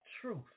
truth